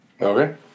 Okay